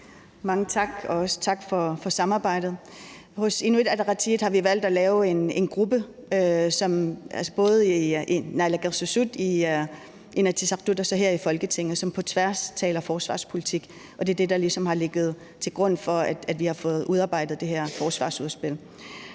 Mange tak, og også tak for samarbejdet. Hos Inuit Ataqatigiit har vi valgt at lave en gruppe, altså både i naalakkersuisut, i Inatsisartut og så her i Folketinget, som på tværs taler forsvarspolitik, og det er ligesom det, der har ligget til grund for, at vi har fået udarbejdet det her forsvarsudspil.